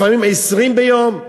לפעמים 20 ביום,